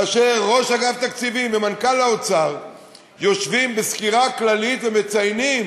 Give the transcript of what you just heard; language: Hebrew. כאשר ראש אגף התקציבים ומנכ"ל האוצר יושבים בסקירה כללית ומציינים